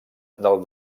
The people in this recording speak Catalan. del